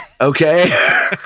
Okay